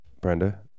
Brenda